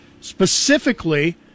specifically